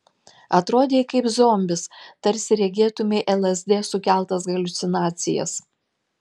atrodei kaip zombis tarsi regėtumei lsd sukeltas haliucinacijas